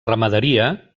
ramaderia